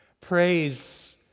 praise